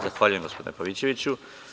Zahvaljujem, gospodine Pavićeviću.